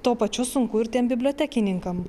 tuo pačiu sunku ir tiem bibliotekininkam